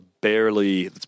barely